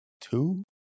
Two